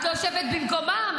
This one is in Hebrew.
את לא יושבת במקומם,